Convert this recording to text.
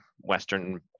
Western